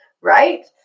right